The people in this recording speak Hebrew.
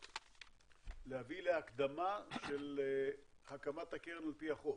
להביא להקדמה של הקמת הקרן על פי החוק?